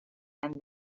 and